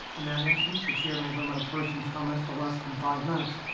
in that instance the chair may limit a person's comments to less than five minutes.